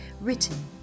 Written